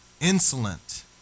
insolent